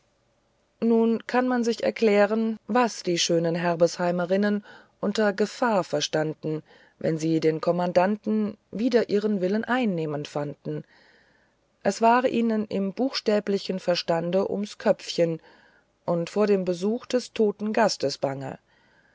nun kann man sich erklären was die schönen herbesheimerinnen unter gefahr verstanden wenn sie den kommandanten wider ihre willen einnehmend fanden es war ihnen im buchstäblichen verstande ums köpfchen und vor dem besuche des toten gastes bange